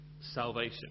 Salvation